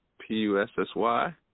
P-U-S-S-Y